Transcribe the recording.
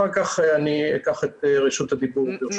אחר כך אני אקח את רשות הדיבור, ברשותך.